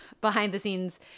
behind-the-scenes